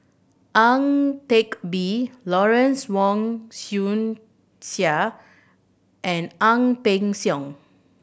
Ang Teck Bee Lawrence Wong Shyun and Ang Peng Siong